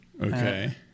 Okay